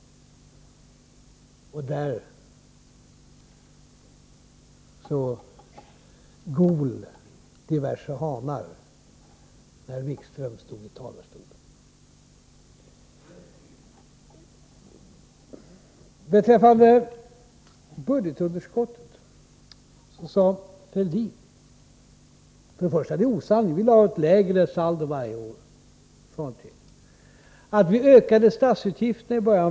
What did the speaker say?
Där gol diverse hanar — när Wikström stod i talarstolen. Thorbjörn Fälldin talade om budgetunderskottet. Först är att säga att han talade osanning: det är fråga om ett lägre saldo varje år. Varför ökade vi statsutgifterna i början?